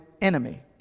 enemy